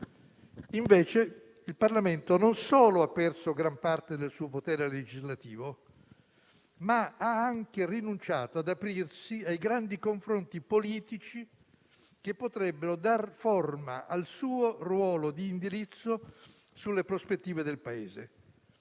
Invece il Parlamento non solo ha perso gran parte del suo potere legislativo, ma ha anche rinunciato ad aprirsi ai grandi confronti politici che potrebbero dar forma al suo ruolo di indirizzo sulle prospettive del Paese.